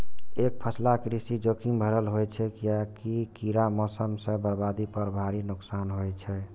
एकफसला कृषि जोखिम भरल होइ छै, कियैकि कीड़ा, मौसम सं बर्बादी पर भारी नुकसान होइ छै